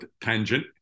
tangent